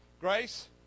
Grace